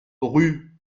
rue